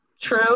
True